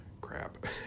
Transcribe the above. Crap